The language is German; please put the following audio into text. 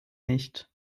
nicht